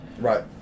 right